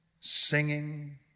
singing